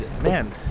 Man